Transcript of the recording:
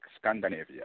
Scandinavia